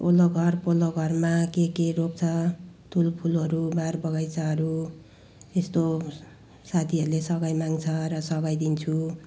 ओल्लो घर पल्लो घरमा के के रोप्छ तुलफुलहरू बार बगैँचाहरू यस्तो साथीहरूले सघाइ माग्छ र सघाइदिन्छु